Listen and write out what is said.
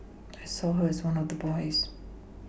I saw her as one of the boys